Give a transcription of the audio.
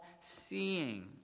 seeing